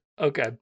okay